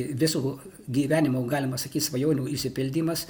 viso gyvenimo galima sakyt svajonių išsipildymas